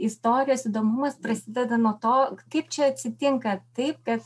istorijos įdomumas prasideda nuo to kaip čia atsitinka taip kad